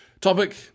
topic